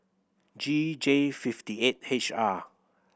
G J fifty eight H R